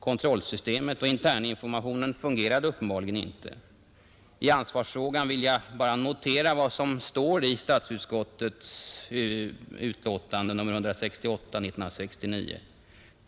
Kontrollsystemet och interninformationen fungerade uppenbarligen inte. I ansvarsfrågan vill jag bara citera vad som står i statsutskottets utlåtande nr 168 år 1969: ”Kungl.